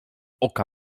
oka